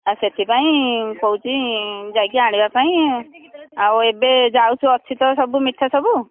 ଆଉ ସେଥିପାଇଁ କହୁଛି ଯାଇକି ଆଣିବା ପାଇଁ ଆଉ ଏବେ ଯାଉଛୁ ଅଛି ତ ସବୁ ମିଠା ସବୁ